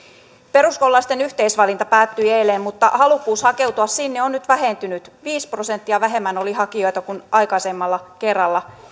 peruskoululaisten yhteisvalinta päättyi eilen mutta halukkuus hakeutua sinne on nyt vähentynyt viisi prosenttia vähemmän oli hakijoita kuin aikaisemmalla kerralla